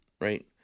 right